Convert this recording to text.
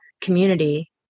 community